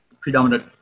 Predominant